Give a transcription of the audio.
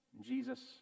Jesus